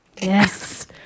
Yes